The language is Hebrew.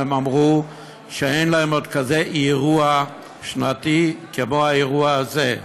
והם אמרו שאין להם עוד כזה אירוע שנתי כמו האירוע הזה.